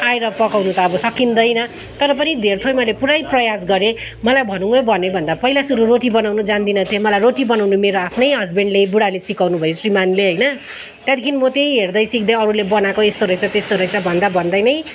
आएर पकाउनु त अब सकिँदैन तर पनि धेर थोर मैले पुरै प्रयास गरेँ मलाई भनौँ है भनेभन्दा पहिला सुरु रोटी बनाउनु जान्दिन थिएँ मलाई रोटी बनाउनु मेरो आफ्नै हस्बेन्डले बुढाले सिकाउनु भयो श्रीमानले होइन त्यहाँदेखि म त्यही हेर्दै सिक्दै अरूले बनाएको यस्तो रहेछ त्यस्तो रहेछ भन्दाभन्दै नै